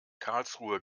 karlsruhe